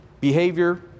behavior